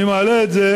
אני מעלה את זה